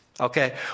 Okay